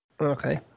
Okay